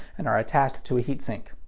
and are attached to a heat sink.